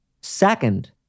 Second